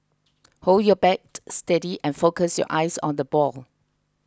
hold your bat steady and focus your eyes on the ball